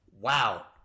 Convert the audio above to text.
wow